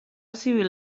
civil